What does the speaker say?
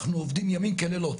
אנחנו עובדים ימים כלילות,